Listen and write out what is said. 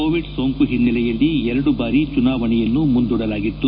Covid ಸೋಂಕು ಒನ್ನೆಲೆಯಲ್ಲಿ ಎರಡು ಬಾರಿ ಚುನಾವಣೆಯನ್ನು ಮುಂದೂಡಲಾಗಿತ್ತು